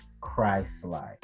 Christ-like